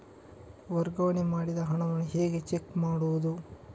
ವರ್ಗಾವಣೆ ಮಾಡಿದ ಹಣವನ್ನು ಹೇಗೆ ಚೆಕ್ ಮಾಡುವುದು?